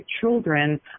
children